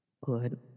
Good